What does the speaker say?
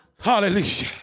Hallelujah